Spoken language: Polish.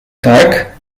tak